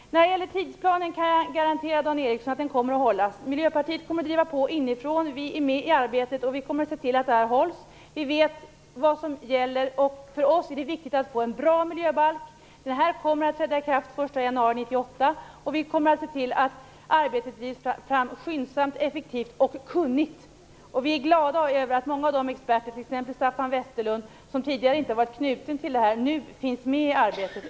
När det gäller tidsplanen kan jag garantera Dan Ericsson att den kommer att hållas. Miljöpartiet kommer att driva på inifrån. Vi är med i arbetet, och vi kommer att se till att planen hålls. Vi vet vad som gäller, och för oss är det viktigt att få en bra miljöbalk. Den här kommer att träda i kraft den 1 januari 1988. Vi kommer att se till att arbetet drivs fram skyndsamt, effektivt och kunnigt. Vi är glada över att många av de experter, t.ex. Staffan Westerlund, som tidigare inte har varit knutna till det här nu är med i arbetet.